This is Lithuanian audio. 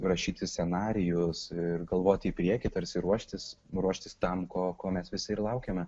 rašyti scenarijus ir galvoti į priekį tarsi ruoštis ruoštis tam ko ko mes visi ir laukiame